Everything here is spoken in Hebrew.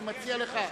אני מציע לך,